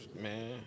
man